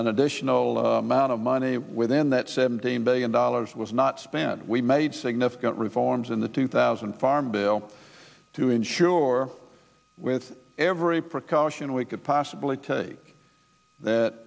an additional amount of money within that seventeen billion dollars was not spent we made significant reforms in the two thousand farm bill to ensure every precaution we could possibly take that